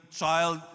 child